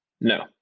No